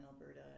Alberta